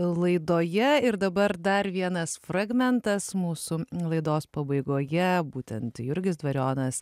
laidoje ir dabar dar vienas fragmentas mūsų laidos pabaigoje būtent jurgis dvarionas